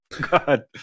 God